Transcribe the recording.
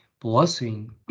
blessing